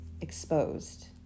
exposed